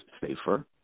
safer